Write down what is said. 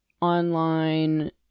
online